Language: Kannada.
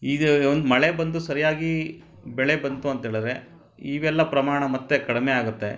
ಒಂದು ಮಳೆ ಬಂದು ಸರಿಯಾಗಿ ಬೆಳೆ ಬಂತು ಅಂಥೇಳಿದ್ರೆ ಈಗೆಲ್ಲ ಪ್ರಮಾಣ ಮತ್ತೆ ಕಡಿಮೆ ಆಗುತ್ತೆ